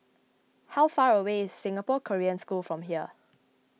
how far away is Singapore Korean School from here